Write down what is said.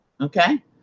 Okay